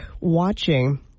watching